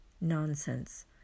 Nonsense